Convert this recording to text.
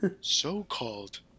so-called